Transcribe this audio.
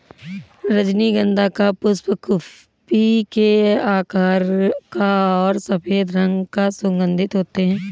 रजनीगंधा का पुष्प कुप्पी के आकार का और सफेद रंग का सुगन्धित होते हैं